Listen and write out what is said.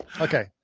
Okay